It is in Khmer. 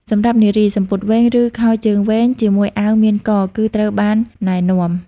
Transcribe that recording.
សម្រាប់នារី សំពត់វែង ឬខោជើងវែងជាមួយអាវមានក គឺត្រូវបានណែនាំ។